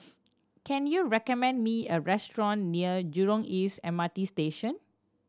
can you recommend me a restaurant near Jurong East M R T Station